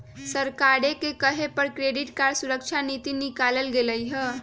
सरकारे के कहे पर क्रेडिट सुरक्षा नीति निकालल गेलई ह